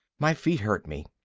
my feet hurt me.